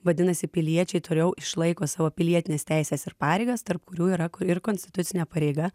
vadinasi piliečiai toliau išlaiko savo pilietines teises ir pareigas tarp kurių yra ir konstitucinė pareiga